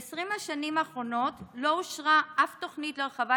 ב-20 השנים האחרונות לא אושרה אף תוכנית להרחבת